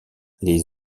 les